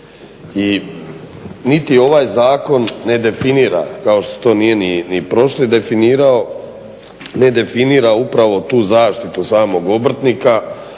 I niti ovaj zakon ne definira kao što to nije ni prošli definirao, ne definira upravo tu zaštitu samog obrtnika